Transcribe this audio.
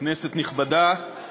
כנסת נכבדה, אני